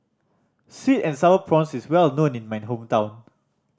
sweet and Sour Prawns is well known in my hometown